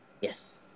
Yes